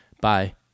Bye